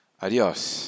Adios